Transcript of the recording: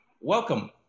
welcome